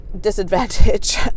disadvantage